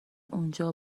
اونجا